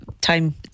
time